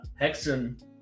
hexen